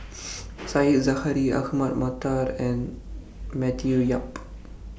Said Zahari Ahmad Mattar and Matthew Yap